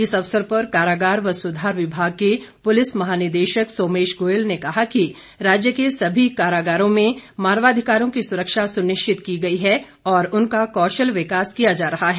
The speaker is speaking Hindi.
इस अवसर पर कारागार व सुधार विभाग के पुलिस महानिदेशक सोमेश गोयल ने कहा कि राज्य के सभी कारागारों में मानवाधिकारों की सुरक्षा सुनिश्चित की गई है और उनका कौशल विकास किया जा रहा है